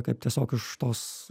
kaip tiesiog iš tos